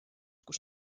kus